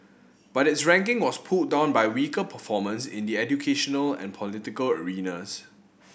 but its ranking was pulled down by weaker performance in the educational and political arenas